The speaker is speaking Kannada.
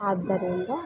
ಆದ್ದರಿಂದ